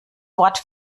wort